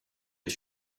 est